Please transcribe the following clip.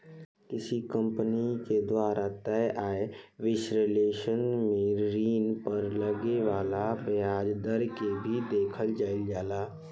किसी कंपनी के द्वारा तय आय विश्लेषण में ऋण पर लगे वाला ब्याज दर के भी देखल जाइल जाला